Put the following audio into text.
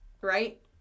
right